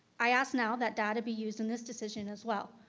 i asked now that data be used in this decision, as well,